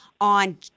on